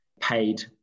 paid